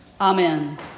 Amen